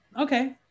Okay